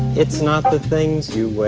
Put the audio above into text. it's not the things you wear.